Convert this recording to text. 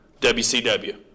WCW